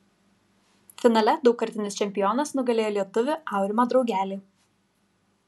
finale daugkartinis čempionas nugalėjo lietuvį aurimą draugelį